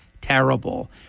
terrible